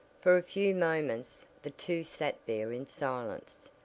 for a few moments the two sat there in silence.